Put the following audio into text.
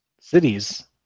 cities